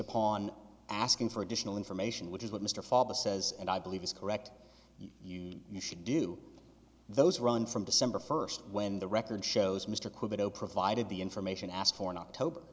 upon asking for additional information which is what mr father says and i believe is correct you you should do those run from december first when the record shows mr kudo provided the information asked for in october